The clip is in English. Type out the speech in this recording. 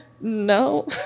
No